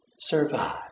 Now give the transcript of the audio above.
survive